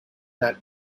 that